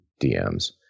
dms